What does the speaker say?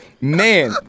man